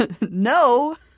no